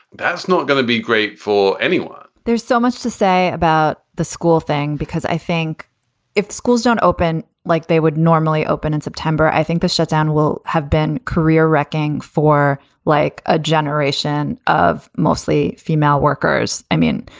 that's not going to be great for anyone there's so much to say about the school thing, because i think if schools don't open like they would normally open in september, i think the shutdown will have been career wrecking for like a generation of mostly female workers. i mean,